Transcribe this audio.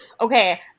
Okay